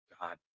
god